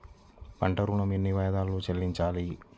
పంట ఋణం ఎన్ని వాయిదాలలో చెల్లించాలి?